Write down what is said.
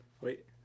wait